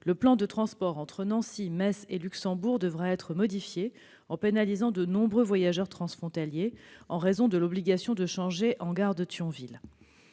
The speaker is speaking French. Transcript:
le plan de transport entre Nancy, Metz et Luxembourg devra être modifié, en pénalisant de nombreux voyageurs transfrontaliers, en raison de l'obligation de changer de train en gare de Thionville.